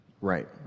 right